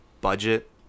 budget